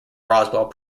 roswell